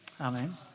Amen